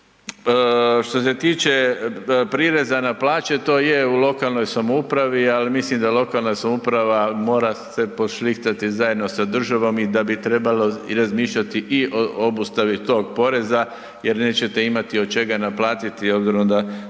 Što se tiče prireza na plaće, to je u lokalnoj samoupravi, al mislim da lokalna samouprava mora se pošlihtati zajedno sa državom i da bi trebalo i razmišljati i o obustavi tog poreza jer nećete imati od čega naplatiti obzirom da,